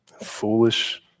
foolish